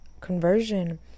conversion